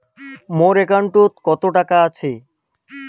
মোর একাউন্টত কত টাকা আছে?